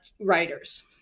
writers